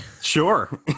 Sure